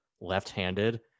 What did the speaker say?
left-handed